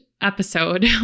episode